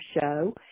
show